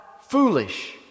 foolish